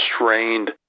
restrained